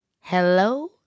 Hello